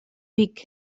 vic